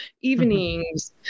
evenings